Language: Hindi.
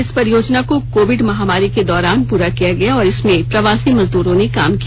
इस परियोजना को कोविड महामारी के दौरान पूरा किया गया और इसमें प्रवासी मजदूरों ने काम किया